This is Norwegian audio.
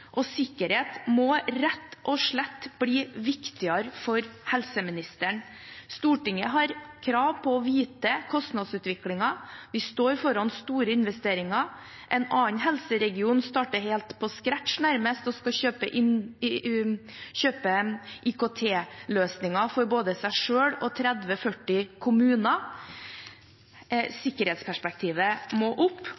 og sikkerhet må rett og slett bli viktigere for helseministeren. Stortinget har krav på å vite om kostnadsutviklingen. Vi står foran store investeringer. En annen helseregion starter nærmest helt på scratch og skal kjøpe IKT-løsninger for både seg selv og 30–40 kommuner.